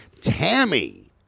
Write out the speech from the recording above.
Tammy